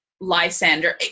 Lysander